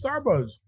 Starbucks